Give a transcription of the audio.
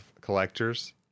collectors